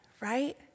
right